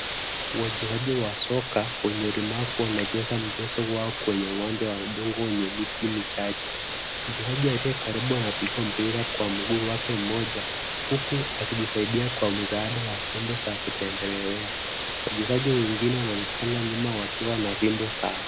Wachezaji wa soka wenye ulemavu wanacheza mchezo wao kwenye uwanja wa udongo wenye miti michache ,mchezaji aliye karibu anapiga mpira kwa mguu wake mmoja huku akijisaidia kwa msaada wa vyombo za kutembelelea , wachezaji wengine wanaonekana nyuma wakiwa na vyombo zao .